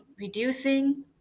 reducing